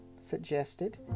suggested